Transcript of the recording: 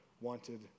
wanted